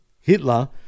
hitler